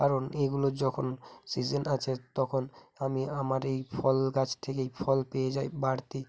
কারণ এইগুলোর যখন সিজিন আছে তখন আমি আমার এই ফল গাছ থেকেই ফল পেয়ে যাই বাড়তি